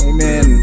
Amen